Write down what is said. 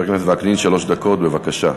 חבר הכנסת וקנין, שלוש דקות, בבקשה.